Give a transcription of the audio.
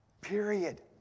Period